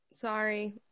Sorry